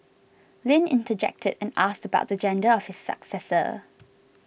Lin interjected and asked about the gender of his successor